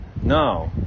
No